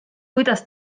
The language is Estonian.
kuidas